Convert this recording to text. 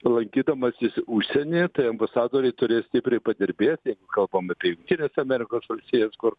lankydamasis užsienyje tai ambasadoriai turės stipriai padirbėti kalbam apie jungtines amerikos valstijas kur